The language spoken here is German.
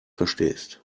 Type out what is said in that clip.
verstehst